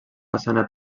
façana